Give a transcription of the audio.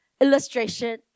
illustration